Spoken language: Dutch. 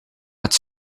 gaat